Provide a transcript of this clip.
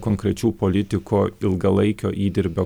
konkrečių politiko ilgalaikio įdirbio